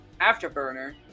Afterburner